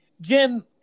Jim